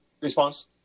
response